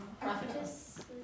Prophetess